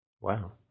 Wow